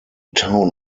town